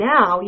Now